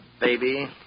baby